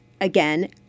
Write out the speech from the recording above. Again